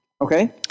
Okay